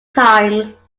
times